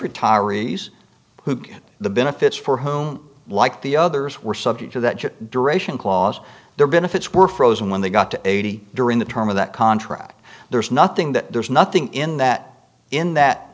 retirees who get the benefits for whom like the others were subject to that duration clause their benefits were frozen when they got to eighty during the term of that contract there's nothing that there's nothing in that in that